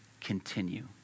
continue